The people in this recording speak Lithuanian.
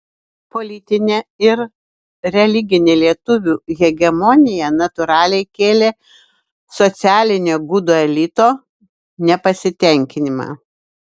politinė ir religinė lietuvių hegemonija natūraliai kėlė socialinio gudų elito nepasitenkinimą